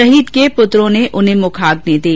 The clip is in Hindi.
शहीद के पुत्रों ने उन्हें मुखाग्नि दी